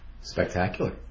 Spectacular